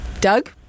Doug